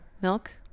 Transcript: Milk